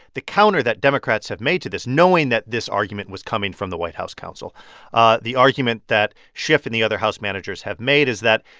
the counter that democrats have made to this, knowing that this argument was coming from the white house counsel ah the argument that schiff and the other house managers have made is that,